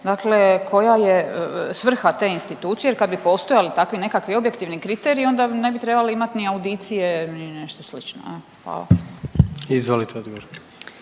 dakle koja je svrha te institucije jer kad bi postojali takvi nekakvi objektivni kriteriji onda ne bi trebali imat ni audicije ni nešto slično jel? Hvala.